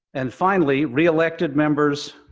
and, finally, re-elected members,